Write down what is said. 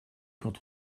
quand